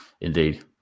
Indeed